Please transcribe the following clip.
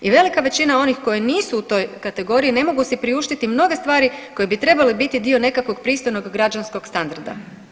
I velika većina onih koji nisu u toj kategoriji ne mogu si priuštiti mnoge stvari koje bi trebale biti dio nekakvog pristojnog građanskog standarda.